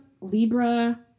Libra